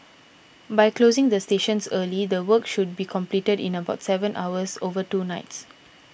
by closing the stations early the work should be completed in about seven hours over two nights